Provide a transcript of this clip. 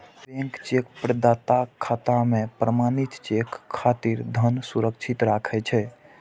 bank cheque प्रदाताक खाता मे प्रमाणित चेक खातिर धन सुरक्षित राखै छै